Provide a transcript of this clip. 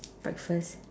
breakfast